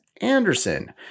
Anderson